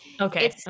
okay